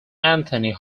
anthony